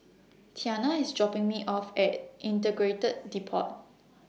Tianna IS dropping Me off At Integrated Deport